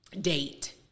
date